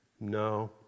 No